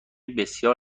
بسیار